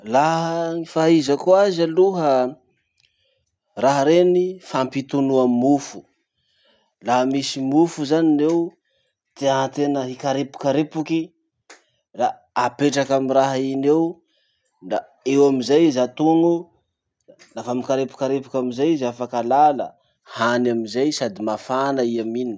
Laha ny fahaizako azy aloha raha reny fampitonoa mofo. Laha misy mofo zany eo, tiatena hikarepokarepoky la apetraky amy raha iny eo, la eo amizay izy atono. Lafa mikarepokarepoky amizay i afaky alà la hany amizay sady mafana i amin'iny.